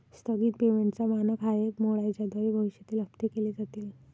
स्थगित पेमेंटचा मानक हा एक मोड आहे ज्याद्वारे भविष्यातील हप्ते केले जातील